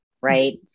right